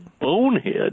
bonehead